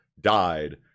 died